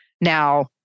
Now